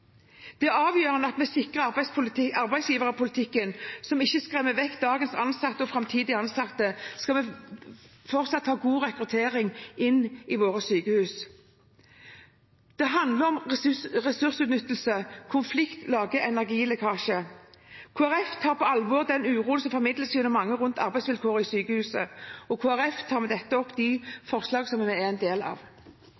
Det er avgjørende at vi sikrer en arbeidsgiverpolitikk som ikke skremmer vekk dagens og framtidens ansatte, dersom vi fortsatt skal ha god rekruttering til våre sykehus. Det handler om ressursutnyttelse: Konflikt lager energilekkasje. Kristelig Folkeparti tar på alvor den uroen som formidles av mange om arbeidsvilkår i sykehusene. Jeg tar med dette opp